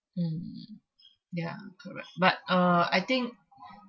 mm ya correct but uh I think